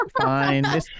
fine